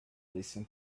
listen